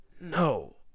No